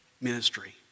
ministry